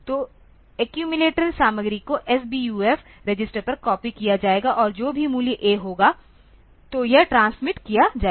तो एक्यूमिलेटर सामग्री को SBUF रजिस्टर पर कॉपी किया जाएगा और जो भी मूल्य A होगा तो यह ट्रांसमिट किया जाएगा